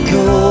go